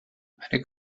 eine